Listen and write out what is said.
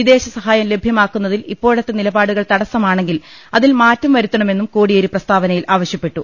വിദേശ സഹായം ലഭ്യമാക്കുന്നതിൽ ഇപ്പോഴത്തെ നിലപാടുകൾ തടസ്സമാണെങ്കിൽ അതിൽ മാറ്റം വരുത്തണമെന്നും കോടിയേരി പ്രസ്താവനയിൽ ആവശ്യപ്പെട്ടു